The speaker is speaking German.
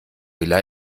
villa